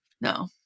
No